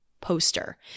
poster